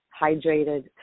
hydrated